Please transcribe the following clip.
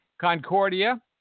Concordia